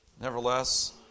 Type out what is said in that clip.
nevertheless